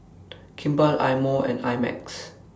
Kimball Eye Mo and I Max